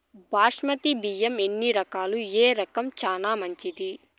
బాస్మతి బియ్యం ఎన్ని రకాలు, ఏ రకం చానా మంచిది?